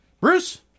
Bruce